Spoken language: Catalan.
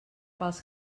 pels